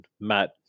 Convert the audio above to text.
matt